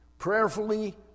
prayerfully